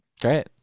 great